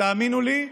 תאמינו לי,